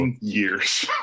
years